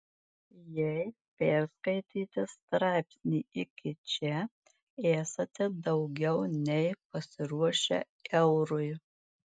jei perskaitėte straipsnį iki čia esate daugiau nei pasiruošę eurui